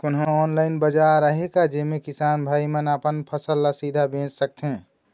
कोन्हो ऑनलाइन बाजार आहे का जेमे किसान भाई मन अपन फसल ला सीधा बेच सकथें?